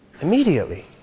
Immediately